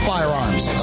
Firearms